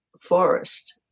forest